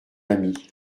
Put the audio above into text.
amie